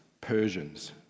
Persians